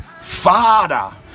Father